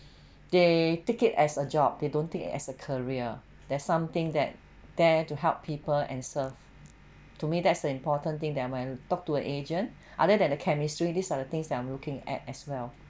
they take it as a job they don't take it as a career that's something that there to help people and serve to me that's the important thing that when talk to a agent other than the chemistry these are the things that I'm looking at as well